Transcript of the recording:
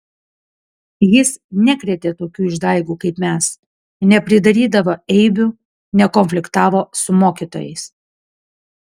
jis nekrėtė tokių išdaigų kaip mes nepridarydavo eibių nekonfliktavo su mokytojais